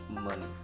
money